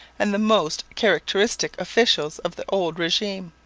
and the most characteristic officials of the old regime.